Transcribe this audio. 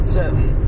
certain